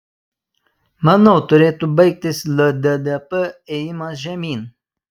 manau turėtų baigtis lddp ėjimas žemyn